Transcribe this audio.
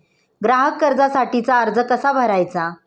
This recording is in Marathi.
ग्राहक कर्जासाठीचा अर्ज कसा भरायचा?